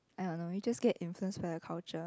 I don't know we just get influenced by the culture